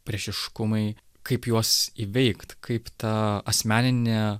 priešiškumai kaip juos įveikt kaip ta asmeninė